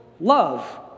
love